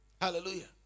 Hallelujah